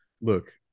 Look